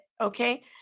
okay